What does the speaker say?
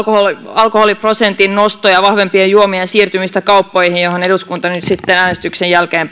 alkoholiprosentin nosto ja vahvempien juomien siirtymistä kauppoihin johon eduskunta nyt sitten äänestyksen jälkeen